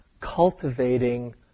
cultivating